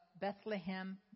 Bethlehem